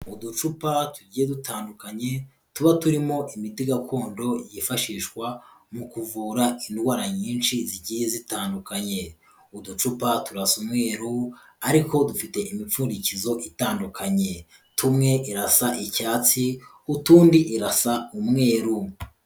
Mu ducupa tugiye dutandukanye tuba turimo imiti gakondo, yifashishwa mu kuvura indwara nyinshi zigiye zitandukanye, uducupa turasa umweru, ariko dufite imipfundikizo itandukanye, tumwe irasa icyatsi, utundi irasa umweru.